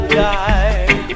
die